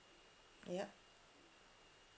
ya